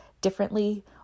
differently